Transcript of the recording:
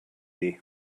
dir